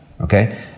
okay